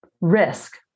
risk